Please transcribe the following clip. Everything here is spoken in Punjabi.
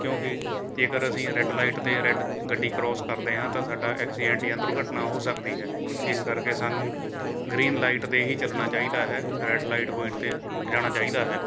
ਕਿਉਂਕਿ ਜੇਕਰ ਅਸੀਂ ਰੈੱਡ ਲਾਈਟ 'ਤੇ ਰੈੱਡ ਗੱਡੀ ਕ੍ਰੋਸ ਕਰਦੇ ਹਾਂ ਤਾਂ ਸਾਡਾ ਐਕਸੀਡੈਂਟ ਜਾਂ ਦੁਰਘਟਨਾ ਹੋ ਸਕਦੀ ਹੈ ਇਸ ਕਰਕੇ ਸਾਨੂੰ ਗ੍ਰੀਨ ਲਾਈਟ 'ਤੇ ਹੀ ਚੱਲਣਾ ਚਾਹੀਦਾ ਹੈ ਰੈੱਡ ਲਾਈਟ ਹੋਈ 'ਤੇ ਰੁੱਕ ਜਾਣਾ ਚਾਹੀਦਾ ਹੈ